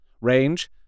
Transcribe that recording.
Range